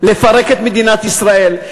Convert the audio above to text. לפרק את מדינת ישראל,